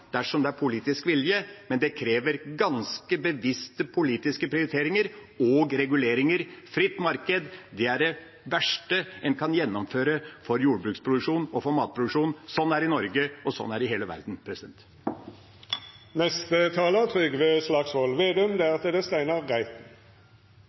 dersom det er politisk vilje. Men det krever ganske bevisste politiske prioriteringer og reguleringer. Fritt marked er det verste en kan gjennomføre for jordbruksproduksjonen og for matproduksjonen. Sånn er det i Norge, og sånn er det i hele verden.